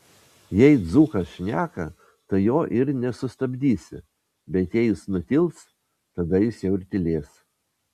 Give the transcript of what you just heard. jei dzūkas šneka tai jo ir nesustabdysi bet jei jis nutils tada jis jau ir tylės